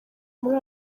muri